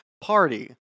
party